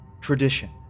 tradition